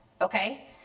okay